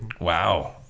Wow